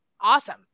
awesome